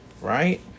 Right